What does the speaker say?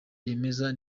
yemeze